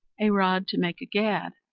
a rod to make a gad,